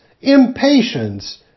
impatience